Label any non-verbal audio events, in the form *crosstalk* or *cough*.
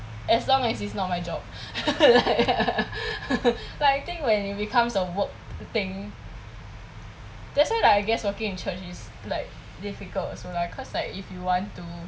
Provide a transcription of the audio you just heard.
as long as it's not my job *laughs* like I think when it becomes a work thing that's why I guess working in churches is like difficult also lah cause like if you want to